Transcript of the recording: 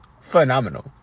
phenomenal